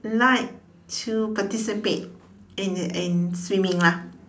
like to participate in in swimming lah